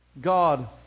God